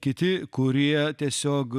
kiti kurie tiesiog